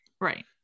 Right